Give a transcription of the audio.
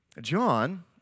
John